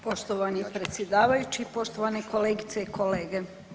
Poštovani predsjedavajući, poštovane kolegice i kolege.